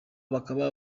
bakaba